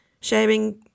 sharing